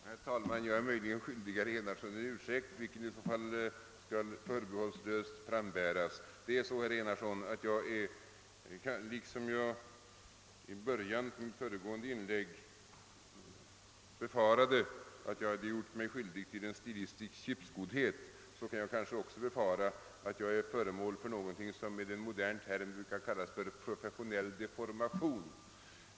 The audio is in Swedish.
Herr talman! Jag är möjligen skyldig herr Enarsson en ursäkt, vilken i så fall skall förbehållslöst frambäras. Liksom jag i början av mitt föregående inlägg befarade att jag hade gjort mig skyldig till en stilistisk kippskoddhet befarar jag nu att jag är föremål för någonting som med en modern term brukar kallas professionell deformation.